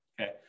Okay